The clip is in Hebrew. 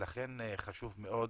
לכן חשוב מאוד